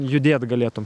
judėt galėtum